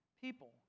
people